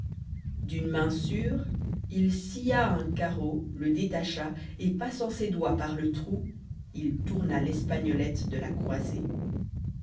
d'une main sûre il scia un carreau le détacha et passant ses doigts par le trou il tourna l'espagnolette de la croisée